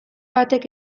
batek